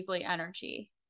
energy